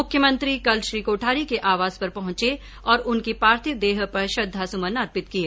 मुख्यमंत्री कल श्री कोठारी के आवास पर पहुंचे और उनकी पार्थिव देह पर श्रद्धासुमन अर्पित किए